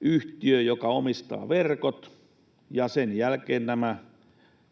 yhtiö, joka omistaa verkot, ja sen jälkeen nämä